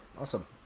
awesome